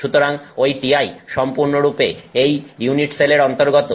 সুতরাং ঐ Ti সম্পূর্ণরূপে এই ইউনিট সেলের অন্তর্গত